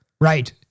Right